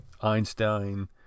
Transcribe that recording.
Einstein